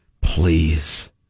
please